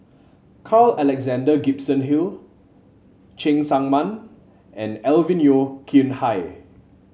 Carl Alexander Gibson Hill Cheng Tsang Man and Alvin Yeo Khirn Hai